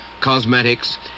cosmetics